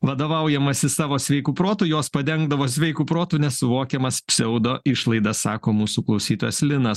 vadovaujamasi savo sveiku protu jos padengdavo sveiku protu nesuvokiamas pseudo išlaidas sako mūsų klausytojas linas